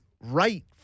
right